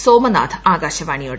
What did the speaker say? സോമനാഥ് ആകാശവാണിയോട്